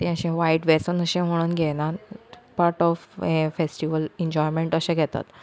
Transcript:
तें अशें वायट वेसन म्हणून अशें घेनात पार्ट ऑफ हें फेस्टिवल एन्जॉयमेंट अशें घेतात